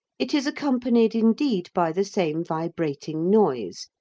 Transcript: it is accompanied indeed by the same vibrating noise,